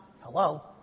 Hello